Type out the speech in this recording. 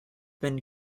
been